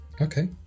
okay